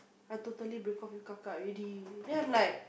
I totally break off with Kaka already there I'm like